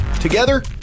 Together